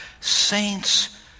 saints